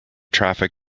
traffic